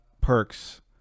perks